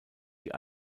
die